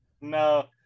No